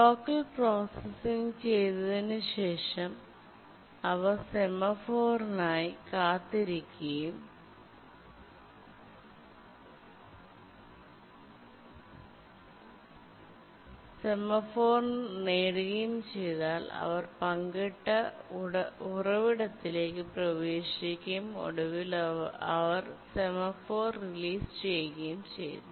local processing ചെയ്തതിനുശേഷം അവർ സെമാഫോറിനായി കാത്തിരിക്കുകയും സെമാഫോർനേടുകയും ചെയ്താൽ അവർ പങ്കിട്ട ഉറവിടത്തിലേക്ക് പ്രവേശിക്കുകയും ഒടുവിൽ അവർ സെമാഫോർ റിലീസ് ചെയ്യുകയും ചെയ്യുന്നു